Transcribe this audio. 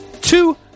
Two